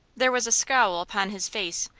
there was a scowl upon his face,